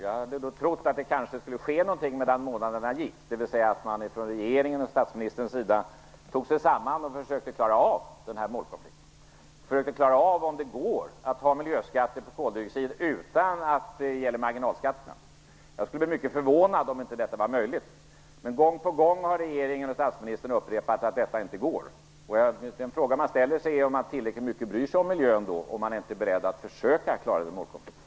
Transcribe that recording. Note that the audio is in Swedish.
Jag hade nog trott att det skulle ske någonting medan månaderna gick, dvs. att man från regeringens och statsministerns sida tog sig samman och försökte klara den här målkonflikten och komma fram till om det går att ha miljöskatter på koldioxid utan att det också gäller marginalskatterna. Jag skulle bli mycket förvånad om inte detta var möjligt. Men gång på gång har regeringen och statsministern upprepat att detta inte går. Den fråga som då infinner sig är om man verkligen bryr sig tillräckligt mycket om miljön, när man inte är beredd att försöka klara den här målkonflikten.